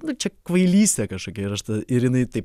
nu čia kvailystė kažkokia ir aš tada ir jinai taip